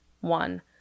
one